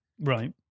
Right